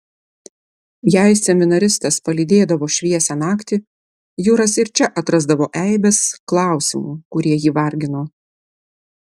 jei seminaristas palydėdavo šviesią naktį juras ir čia atrasdavo eibes klausimų kurie jį vargino